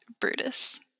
Brutus